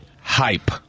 Hype